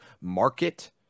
market